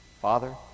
Father